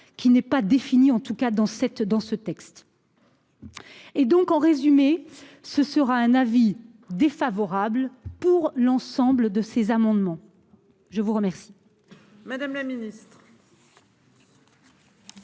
qui n'est pas définie en tout cas dans cette dans ce texte. Et donc, en résumé, ce sera un avis défavorable pour l'ensemble de ces amendements. Je vous remercie.